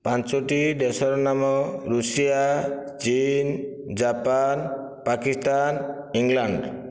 ପାଞ୍ଚଟି ଦେଶର ନାମ ଋଷିଆ ଚୀନ ଜାପାନ ପାକିସ୍ତାନ ଇଂଲଣ୍ଡ